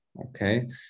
okay